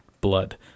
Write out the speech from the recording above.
blood